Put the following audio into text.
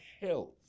health